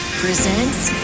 presents